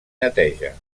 neteja